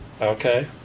Okay